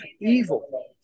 evil